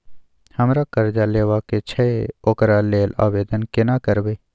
हमरा कर्जा लेबा के छै ओकरा लेल आवेदन केना करबै?